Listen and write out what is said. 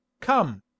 Come